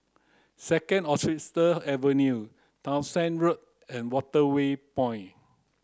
Second Avenue Townshend Road and Waterway Point